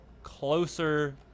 closer